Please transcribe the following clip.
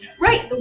Right